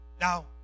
Now